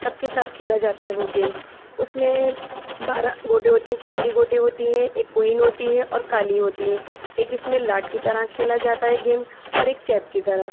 سب کے ساتھ کھیلا جاتا ہے وہ گیم اس میں بارہ گوٹے ہوتی ہیں کالی گوٹے ہوتی ہیں ایک کوئین ہوتی ہے اور کالی ہوتی ہیں ایک اس میں لاٹ کی طرح کھیلا جاتا ہے گیم اور ایک چیپ کی طرح